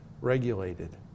regulated